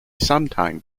sometime